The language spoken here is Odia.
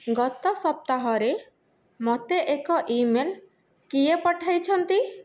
ଗତ ସପ୍ତାହରେ ମୋତେ ଏକ ଇମେଲ୍ କିଏ ପଠାଇଛନ୍ତି